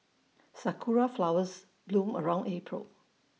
Sakura Flowers bloom around April